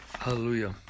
Hallelujah